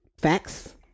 facts